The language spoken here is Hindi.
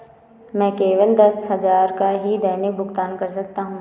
मैं केवल दस हजार का ही दैनिक भुगतान कर सकता हूँ